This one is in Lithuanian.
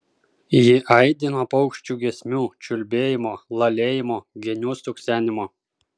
ji aidi nuo paukščių giesmių čiulbėjimo lalėjimo genių stuksenimo